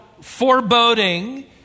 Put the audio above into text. foreboding